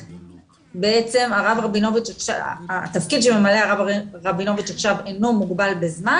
התפקיד שממלא הרב רבינוביץ עכשיו אינו מוגבל בזמן